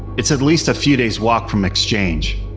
it's at least a few days walk from exchange,